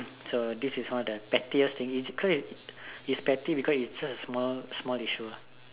so this is not the pettiest thing it is petty cause it is such a small issue